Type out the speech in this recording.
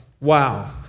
wow